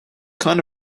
kind